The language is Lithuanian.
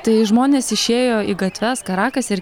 taai žmonės išėjo į gatves karakase ir